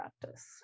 practice